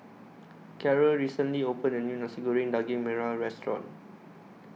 Caryl recently opened A New Nasi Goreng Daging Merah Restaurant